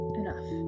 enough